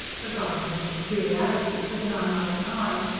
regarding his peculiarities with an unloving eye,